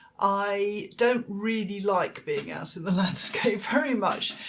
i don't really like being out in the landscape very much